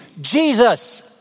Jesus